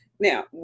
Now